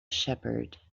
shepherd